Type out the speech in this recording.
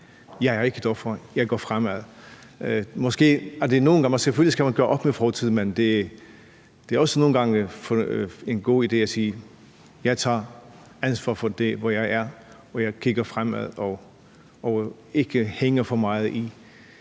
Jeg er ikke et offer og se fremad. Man skal selvfølgelig gøre op med fortiden, men det er også nogle gange en god idé at sige: Jeg tager ansvar for det her, hvor jeg er, jeg kigger fremad og hænger mig ikke så